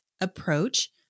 approach